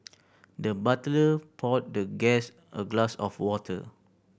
the butler poured the guest a glass of water